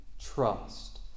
trust